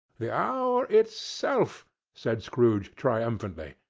the hour itself, said scrooge, triumphantly,